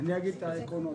אני אגיד את העקרונות.